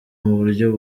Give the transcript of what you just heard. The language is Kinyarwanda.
buryo